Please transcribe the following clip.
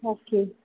okay